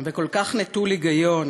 וכל כך נטול היגיון